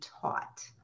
taught